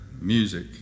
music